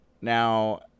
Now